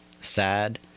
sad